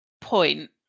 point